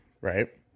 right